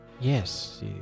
Yes